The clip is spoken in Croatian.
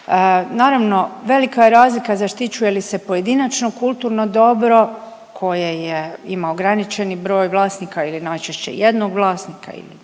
Naravno velika je razlika zaštićuje li se pojedinačno kulturno dobro koje je, ima ograničeni broj vlasnika ili najčešće jednog vlasnika ili